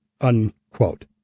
Unquote